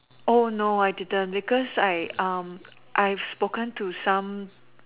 oh no I didn't because I I have spoken to some